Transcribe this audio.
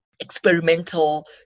experimental